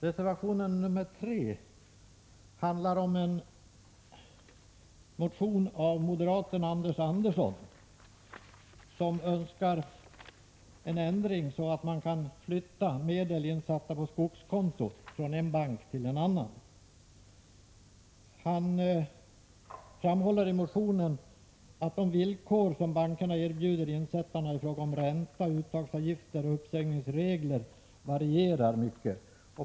Reservation 3 bygger på en motion av moderaten Anders Andersson, som yrkar på en sådan ändring av bestämmelserna att man kan flytta medel insatta på skogskonto från en bank till en annan. Han framhåller i motionen att de villkor som bankerna erbjuder insättarna i fråga om ränta, uttagsavgifter och uppsägningsregler varierar mycket.